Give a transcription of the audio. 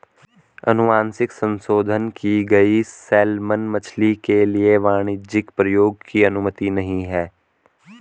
अनुवांशिक संशोधन की गई सैलमन मछली के लिए वाणिज्यिक प्रयोग की अनुमति नहीं है